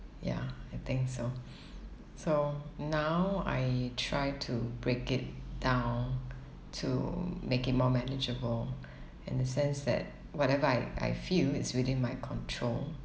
ya I think so so now I try to break it down to make it more manageable in the sense that whatever I I feel it's within my control